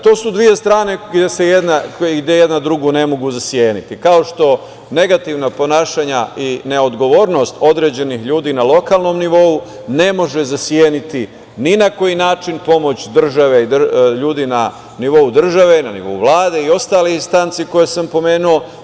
To su dve strane koje jedna drugu ne mogu zaseniti, kao što negativna ponašanja i neodgovornost određenih ljudi na lokalnom nivou ne može zaseniti ni na koji način pomoć države i ljudi na nivou države, na nivou Vlade i ostalih instanci koje sam pomenuo.